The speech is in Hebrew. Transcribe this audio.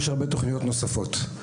יש הרבה תכניות נוספות.